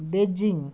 Beijing